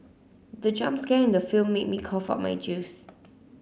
the jump scare in the film made me cough of my juice